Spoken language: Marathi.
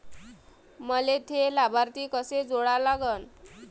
मले थे लाभार्थी कसे जोडा लागन?